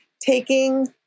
taking